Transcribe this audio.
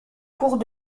cours